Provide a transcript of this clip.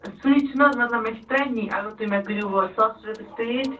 سوے چھِ نہٕ حظ وٕ مےٚ چھِ ترٛےٚ نِنۍ اگر تُہۍ مےٚ کٔرو وٕ ساسَس رۄپِیَس پیٖٹ